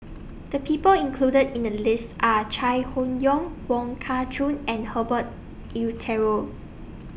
The People included in The list Are Chai Hon Yoong Wong Kah Chun and Herbert Eleuterio